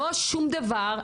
לא שום דבר,